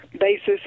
basis